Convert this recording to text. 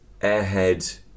airhead